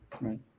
Right